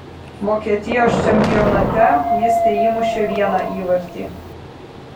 vokietijos čempionate jis teįmušė vieną įvartį